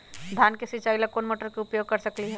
धान के सिचाई ला कोंन मोटर के उपयोग कर सकली ह?